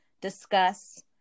discuss